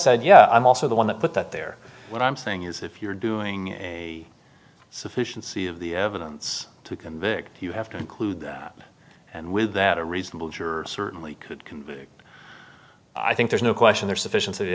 said yeah i'm also the one that put that there what i'm saying is if you're doing a sufficiency of the evidence to convict you have to include that and with that a reasonable juror certainly could convict i think there's no question there's sufficient